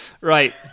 right